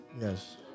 Yes